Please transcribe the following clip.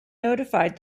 notified